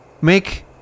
Make